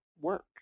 work